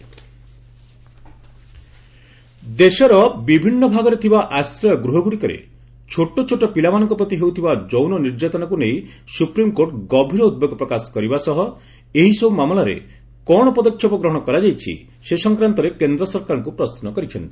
SC sex abuse ଦେଶର ବିଭିନ୍ନ ଭାଗରେ ଥିବା ଆଶ୍ରୟ ଗୃହଗୁଡ଼ିକରେ ଛୋଟଛୋଟ ପିଲାମାନଙ୍କ ପ୍ରତି ହେଉଥିବା ଯୌନ ନିର୍ଯାତନାକୁ ନେଇ ସୁପ୍ରିମ୍କୋର୍ଟ ଗଭୀର ଉଦ୍ବେଗ ପ୍ରକାଶ କରିବା ସହ ଏହିସବୁ ମାମଲାରେ କ'ଣ ପଦକ୍ଷେପ ଗ୍ରହଣ କରାଯାଇଛି ସେ ସଂକ୍ରାନ୍ତରେ କେନ୍ଦ୍ର ସରକାରଙ୍କୁ ପ୍ରଶ୍ନ କରିଛନ୍ତି